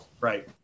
Right